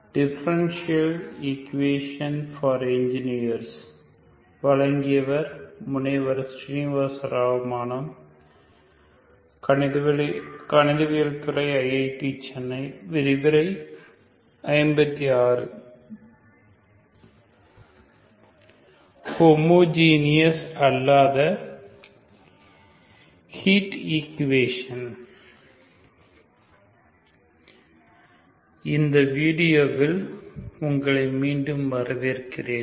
homogeneous அல்லாத heat equation இந்த வீடியோவில் உங்களை மீண்டும் வரவேற்கிறேன்